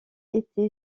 été